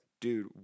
Dude